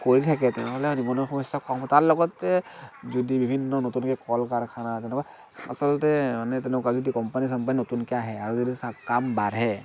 কৰি থাকে তেনেহ'লে নিবনুৱা সমস্য়া কম হ'ব তাৰ লগতে যদি বিভিন্ন নতুনকৈ কল কাৰখানা তেনেকুৱা আচলতে মানে তেনেকুৱা যদি কোম্পানি চোম্পানী যদি নতুনকৈ আহে আৰু যদি কাম বাঢ়ে